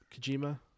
Kojima